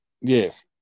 Yes